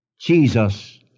Jesus